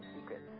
secrets